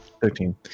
Thirteen